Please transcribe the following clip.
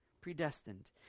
predestined